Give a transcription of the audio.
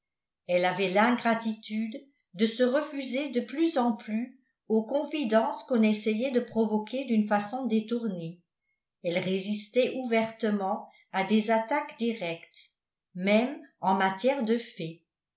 elle avait l'ingratitude de se refuser de plus en plus aux confidences qu'on essayait de provoquer d'une façon détournée elle résistait ouvertement à des attaques directes même en matière de faits